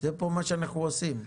זה מה שאנחנו עושים פה.